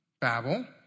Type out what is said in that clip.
Babel